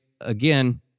again